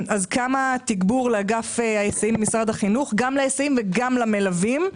כמה תגבור לאגף ההיסעים במשרד החינוך גם להיסעים וגם למלווים?